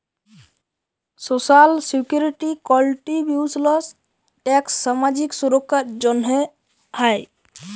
social security contributions tax সামাজিক সুরক্ষার জ্যনহে হ্যয়